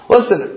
Listen